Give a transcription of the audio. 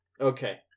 okay